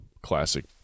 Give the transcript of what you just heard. classic